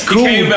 Cool